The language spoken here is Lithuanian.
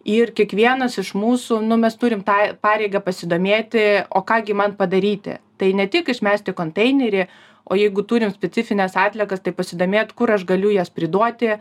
ir kiekvienas iš mūsų nu mes turim tą pareigą pasidomėti o ką gi man padaryti tai ne tik išmest į konteinerį o jeigu turim specifines atliekas tai pasidomėt kur aš galiu jas priduoti